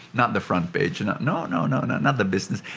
not the front page. and no, no, no, not not the business.